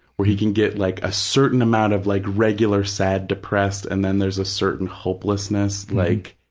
where he can get like a certain amount of like regular sad depressed, and then there's a certain hopelessness, like